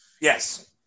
Yes